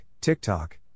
TikTok